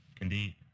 indeed